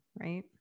right